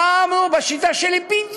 אבל לא בשיטה שלך.